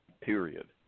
period